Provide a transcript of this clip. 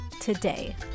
today